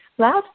Last